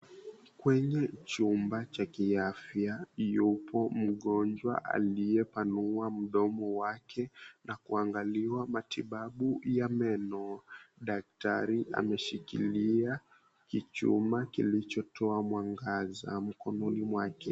Kwenye chumba cha kiafya yupo mgonjwa akiwa aliyepanua mdomo wake na kuangaliwa matibabu ya meno, daktari ameshikilia kichuma kilichotoa mwangaza mkononi mwake.